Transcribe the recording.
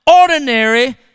Ordinary